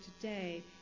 today